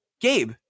Gabe